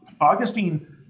Augustine